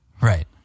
Right